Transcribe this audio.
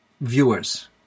viewers